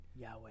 Yahweh